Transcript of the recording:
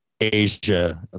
Asia